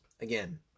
Again